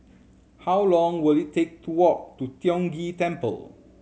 how long will it take to walk to Tiong Ghee Temple